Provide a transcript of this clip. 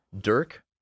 Dirk